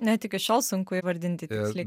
net iki šiol sunku įvardinti tiksliai